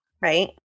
right